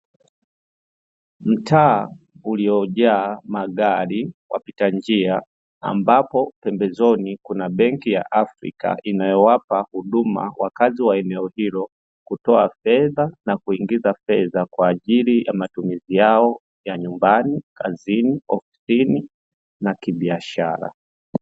Mtaa uliojaa magari wapita njia ambapo pembezoni kuna benki ya Afrika, inayowapa huduma wakazi wa eneo hilo kutoa fedha na kuingiza fedha, kwa ajili ya matumizi yao ya majumbani, kazini, ofisini na kibiashara.